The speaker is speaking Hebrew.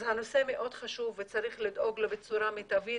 אז הנושא מאוד חשוב וצריך לדאוג לו בצורה מיטבית